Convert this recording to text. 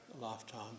lifetime